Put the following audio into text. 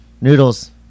Noodles